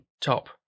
top